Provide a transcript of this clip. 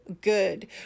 good